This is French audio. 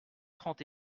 trente